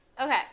okay